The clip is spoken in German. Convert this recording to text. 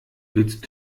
willst